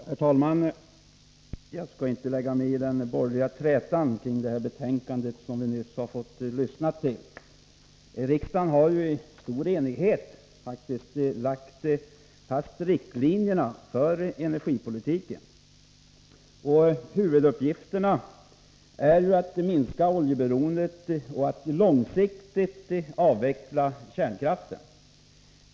Herr talman! Jag skall inte lägga mig i den borgerliga träta som vi nyss har fått lyssna till. Riksdagen har faktiskt i stor enighet lagt fast riktlinjerna för energipolitiken. Huvuduppgifterna är att minska oljeberoendet och att långsiktigt avveckla kärnkraften.